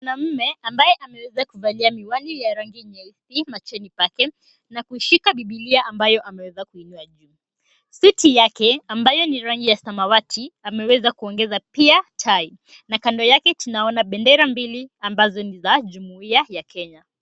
Mwanamume ambaye ameweza kuvalia miwani ya rangi nyeusi machoni pake, na kuishika bibilia ambayo ameweza kuinua juu. Suti yake ambayo ni rangi ya samawati ameweza kuongeza pia tai, na kando yake tunaona bendera mbili ambazo ni za jumuiya ya Kenya.